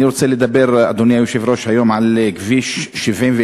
אני רוצה לדבר, אדוני היושב-ראש, היום על כביש 71,